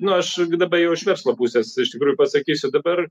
nu aš daba jau iš verslo pusės iš tikrųjų pasakysiu dabar